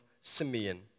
Simeon